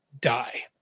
die